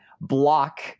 block